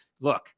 look